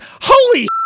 holy